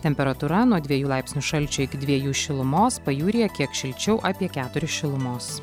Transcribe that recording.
temperatūra nuo dviejų laipsnių šalčio iki dviejų šilumos pajūryje kiek šilčiau apie keturis šilumos